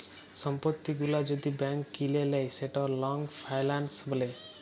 সম্পত্তি গুলা যদি ব্যাংক কিলে লেই সেটকে লং ফাইলাল্স ব্যলে